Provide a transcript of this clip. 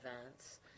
events